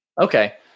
Okay